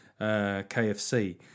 KFC